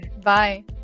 Bye